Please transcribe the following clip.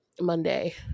monday